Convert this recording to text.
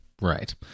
Right